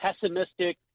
pessimistic